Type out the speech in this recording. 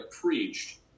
preached